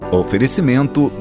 oferecimento